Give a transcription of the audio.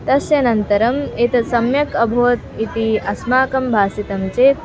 तस्य नअन्तरम् एतत् सम्यक् अभवत् इति अस्मभ्यं भासितं चेत्